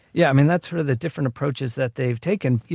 yeah, i mean that's sort of the different approaches that they've taken. yeah